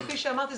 כפי שאמרתי,